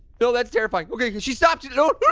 no, that's terrifying. okay, she's stopped and no,